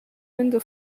window